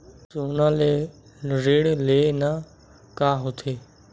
सोना ले ऋण लेना का होथे?